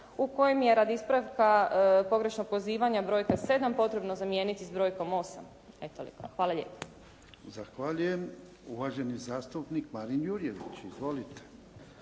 u kojem je radi ispravka pogrešnog pozivanja brojka 7 potrebno zamijeniti s brojkom 8. Evo toliko. Hvala lijepo. **Jarnjak, Ivan (HDZ)** Zahvaljujem. Uvaženi zastupnik Marin Jurjević. Izvolite.